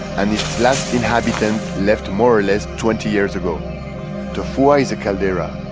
and its last inhabitant left more or less twenty years ago tofua is a caldera,